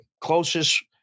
closest